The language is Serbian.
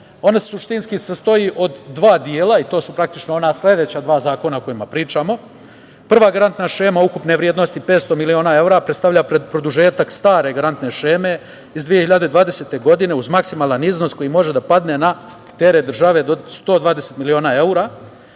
Oni se suštinskih sastoji od dva dela i to su ona sledeća dva zakona o kojima pričamo. Prva garantna šema ukupne vrednosti od 500 miliona evra predstavlja produžetak stare garantne šeme iz 2020. godine, uz maksimalan iznos koji može da padne na teret države do 120 miliona evra.